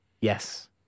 Yes